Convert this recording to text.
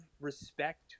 respect